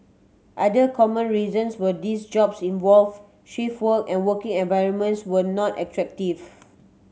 other common reasons were these jobs involved shift work and working environments were not attractive